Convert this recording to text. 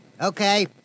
Okay